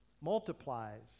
multiplies